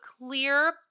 clear